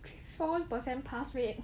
four per cent pass rate